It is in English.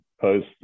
Post